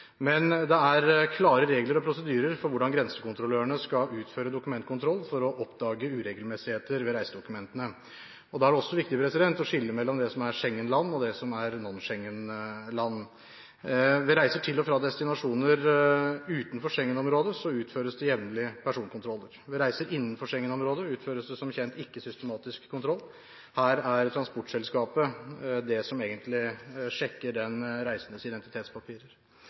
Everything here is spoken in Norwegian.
men det er klare regler og prosedyrer for hvordan grensekontrollørene skal utføre dokumentkontroll for å oppdage uregelmessigheter ved reisedokumentene. Da er det viktig å skille mellom det som er Schengen-land, og det som er non-Schengen-land. Ved reiser til og fra destinasjoner utenfor Schengen-området utføres det jevnlige personkontroller. Ved reiser innenfor Schengen-området, utføres det som kjent ikke systematisk kontroll. Her er det transportselskapet som egentlig sjekker den reisendes identitetspapirer.